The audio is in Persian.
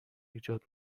ایجاد